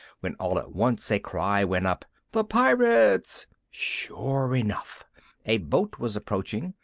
when all at once a cry went up the pirates! sure enough a boat was approaching,